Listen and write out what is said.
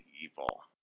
Evil